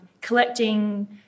collecting